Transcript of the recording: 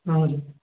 हजुर